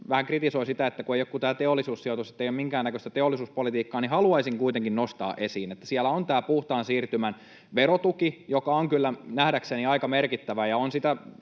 vähän kritisoi sitä, että ei ole kuin tämä Teollisuussijoitus, ettei ole minkään näköistä teollisuuspolitiikkaa, niin haluaisin kuitenkin nostaa esiin, että siellä on tämä puhtaan siirtymän verotuki, joka on kyllä nähdäkseni aika merkittävä.